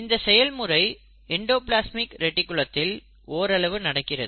இந்த செயல்முறை எண்டோப்லஸ்மிக் ரெடிக்குலத்தில் ஓரளவு நடக்கிறது